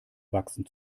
wachsen